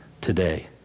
today